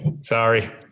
Sorry